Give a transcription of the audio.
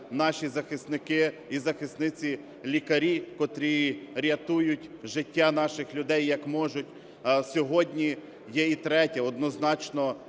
наші захисники і захисниці лікарі, котрі рятують життя наших людей, як можуть. А сьогодні є і третя, однозначно